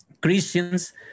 Christians